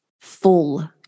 full